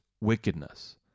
wickedness